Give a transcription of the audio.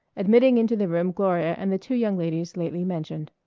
admitting into the room gloria and the two young ladies lately mentioned.